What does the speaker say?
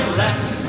left